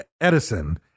Edison